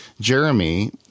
Jeremy